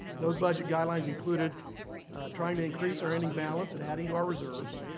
those budget guidelines included trying to increase our ending balance and adding to our reserves,